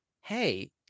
hey